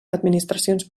administracions